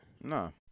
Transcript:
No